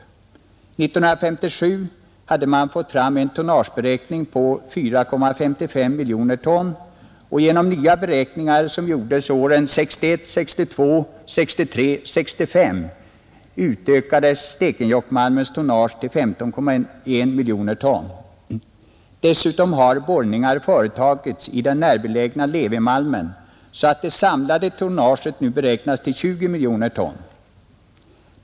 1957 hade man fått fram en tonnageberäkning på 4,55 miljoner ton och genom nya beräkningar, som gjordes åren 1961, 1962, 1963 och 1965, uppskattade man Stekenjokkmalmen tonnage till 15,1 miljoner ton. Dessutom har borrningar företagits i den närbelägna Levimalmen och det samlade tonnaget beräknas nu till 20 miljoner ton.